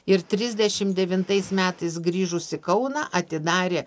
ir trisdešim devintais metais grįžus į kauną atidarė